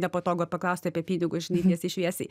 nepatogu paklausti apie pinigus žinai tiesiai šviesiai